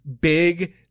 big